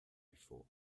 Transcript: before